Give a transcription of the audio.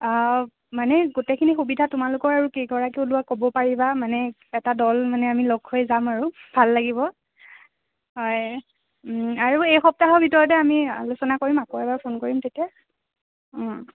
মানে গোটেইখিনি সুবিধা তোমালোকৰ আৰু কেইগৰাকী ওলোৱা ক'ব পাৰিবা মানে এটা দল মানে আমি লগ হৈ যাম আৰু ভাল লাগিব হয় আৰু এই সপ্তাহৰ ভিতৰতে আমি আলোচনা কৰিম আকৌ এবাৰ ফোন কৰিম তেতিয়া